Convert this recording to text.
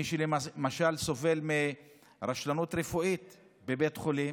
מי שסובל מרשלנות רפואית בבית חולים,